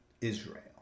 Israel